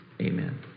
Amen